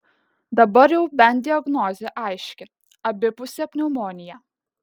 dabar jau bent diagnozė aiški abipusė pneumonija